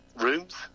rooms